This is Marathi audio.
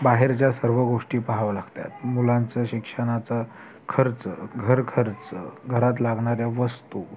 बाहेरच्या सर्व गोष्टी पाहावं लागत्यात मुलांचं शिक्षणाचं खर्च घरखर्च घरात लागणाऱ्या वस्तू